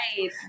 right